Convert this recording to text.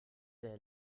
der